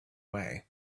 way